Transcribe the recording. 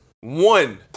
One